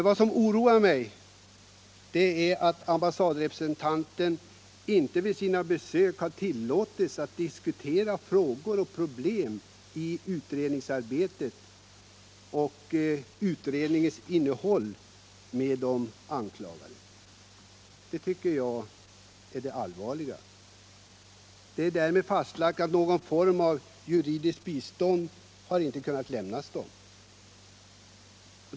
Vad som oroar mig är att ambassadrepresentanten inte vid sina besök har tillåtits att diskutera frågor och problem i utredningsarbetet och utredningens innehåll med de anklagade. Detta tycker jag är det allvarliga. Det är därmed fastlagt att någon form av juridiskt bistånd inte har kunnat lämnas dem.